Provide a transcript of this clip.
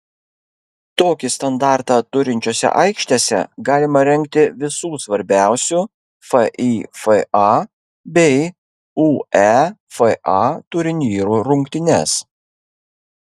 tokį standartą turinčiose aikštėse galima rengti visų svarbiausių fifa bei uefa turnyrų rungtynes